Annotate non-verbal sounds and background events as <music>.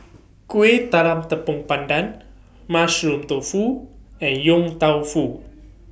<noise> Kueh Talam Tepong Pandan Mushroom Tofu and Yong Tau Foo